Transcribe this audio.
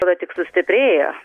tada tik sustiprėjo